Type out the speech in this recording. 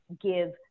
give